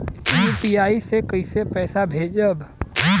UPI से कईसे पैसा भेजब?